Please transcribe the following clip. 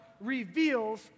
reveals